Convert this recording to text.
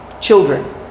Children